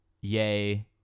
Yay